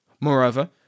Moreover